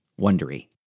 Wondery